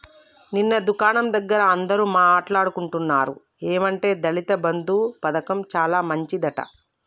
నిన్న దుకాణం దగ్గర అందరూ మాట్లాడుకుంటున్నారు ఏమంటే దళిత బంధు పథకం చాలా మంచిదట